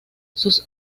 sus